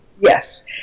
Yes